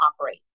operate